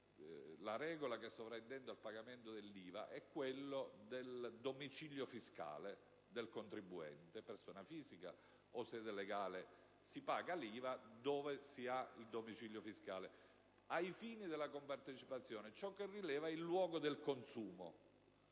la regola che sovrintende al pagamento dell'IVA è quella del domicilio fiscale del contribuente persona fisica o sede legale: si paga l'IVA dove si ha il domicilio fiscale. Ai fini della compartecipazione, ciò che rileva è il luogo del consumo.